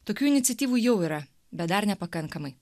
tokių iniciatyvų jau yra bet dar nepakankamai